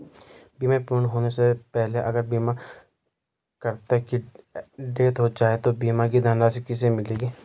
बीमा पूर्ण होने से पहले अगर बीमा करता की डेथ हो जाए तो बीमा की धनराशि किसे मिलेगी?